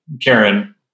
Karen